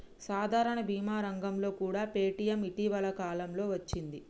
సాధారణ భీమా రంగంలోకి కూడా పేటీఎం ఇటీవల కాలంలోనే వచ్చింది